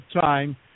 time